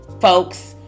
folks